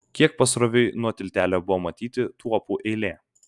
kiek pasroviui nuo tiltelio buvo matyti tuopų eilė